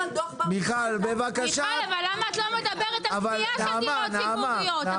מיכל אבל למה את לא מדברת על מכירה של דירות ציבוריות?